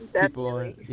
people